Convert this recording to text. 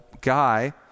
Guy